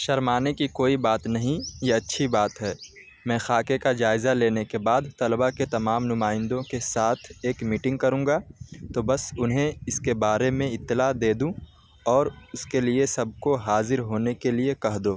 شرمانے کی کوئی بات نہیں یہ اچھی بات ہے میں خاکے کا جائزہ لینے کے بعد طلبہ کے تمام نمائندوں کے ساتھ ایک میٹنگ کروں گا تو بس انہیں اس کے بارے میں اطلاع دے دوں اور اس کے لیے سب کو حاضر ہونے کے لیے کہہ دو